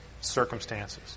circumstances